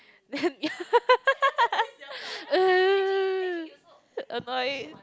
annoyed